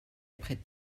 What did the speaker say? après